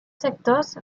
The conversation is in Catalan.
sectors